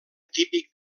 típic